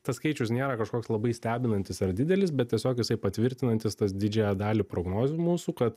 tas skaičius nėra kažkoks labai stebinantis ar didelis bet tiesiog jisai patvirtinantis tas didžiąją dalį prognozių mūsų kad